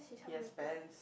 he has pants